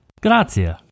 Grazie